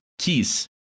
keys